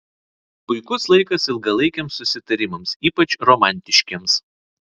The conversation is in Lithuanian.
puikus laikas ilgalaikiams susitarimams ypač romantiškiems